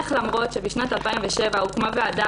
איך למרות שבשנת 2007 הוקמה ועדה,